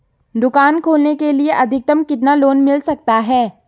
दुकान खोलने के लिए अधिकतम कितना लोन मिल सकता है?